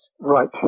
Right